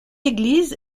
église